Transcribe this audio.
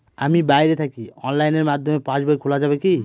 আমি বাইরে থাকি অনলাইনের মাধ্যমে পাস বই খোলা যাবে কি?